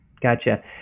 Gotcha